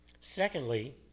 Secondly